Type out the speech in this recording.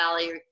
Valley